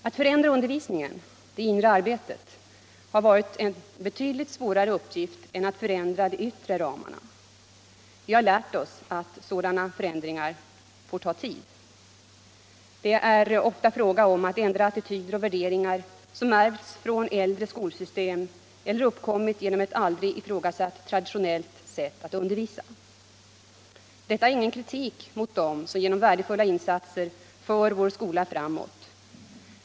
Att förändra undervisningen, det inre arbetet, har varit betydligt svårare än att förändra de yttre ramarna. Vi har lärt oss att sådana förändringar får ta tid. Det är ofta fråga om att ändra attityder och värderingar, som ärvts från äldre skolsystem eller uppkommit genom ett aldrig ifrågasatt traditionellt sätt att undervisa. Detta är ingen kritik mot dem som genom värdefulla insatser för vår skola framåt.